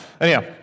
Anyhow